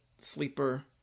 Sleeper